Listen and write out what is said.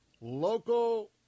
local